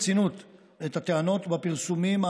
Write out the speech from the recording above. עבר לוועדת הפנים.